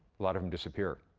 lot of em disappear.